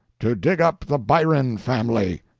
to dig up the byron family!